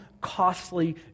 costly